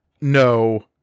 no